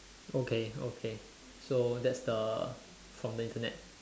okay okay so that's the from the Internet